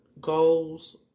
goals